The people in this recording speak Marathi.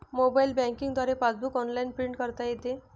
मोबाईल बँकिंग द्वारे पासबुक ऑनलाइन प्रिंट करता येते